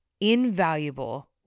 invaluable